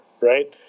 right